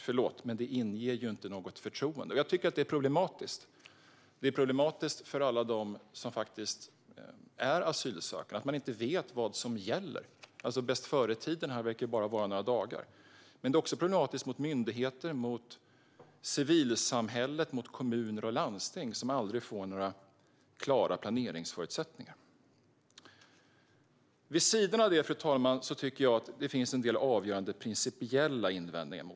Förlåt, men det inger inte något förtroende, och det är problematiskt. Det är problematiskt för alla dem som är asylsökande att inte veta vad som gäller. Bästföretiden verkar bara vara några dagar. Det är också problematiskt för myndigheter, civilsamhälle, kommuner och landsting som aldrig får några klara planeringsförutsättningar. Fru talman! Vid sidan av detta finns det en del avgörande principiella invändningar.